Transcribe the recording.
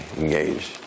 engaged